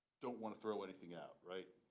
don't want to throw anything out, right?